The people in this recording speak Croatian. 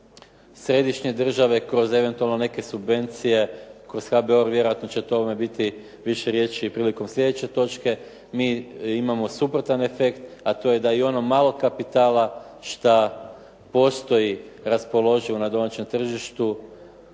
središnje države kroz eventualno neke subvencije, kroz HBOR vjerojatno će o tome biti više riječi prilikom sljedeće točke. Mi imamo suprotan efekt, a to je da i ono malo kapitala što postoji raspoloživo na domaćem tržištu